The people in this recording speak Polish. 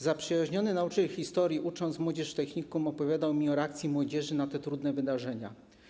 Zaprzyjaźniony nauczyciel historii, uczący młodzież w technikum, opowiadał mi o reakcji młodzieży na te trudne wydarzenia.